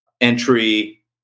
entry